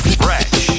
fresh